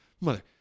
Mother